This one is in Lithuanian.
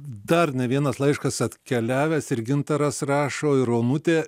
dar ne vienas laiškas atkeliavęs ir gintaras rašo ir romutė